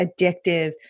addictive